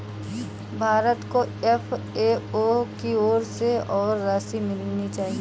भारत को एफ.ए.ओ की ओर से और राशि मिलनी चाहिए